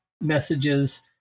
messages